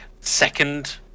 second